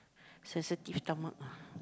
sensitive stomach ah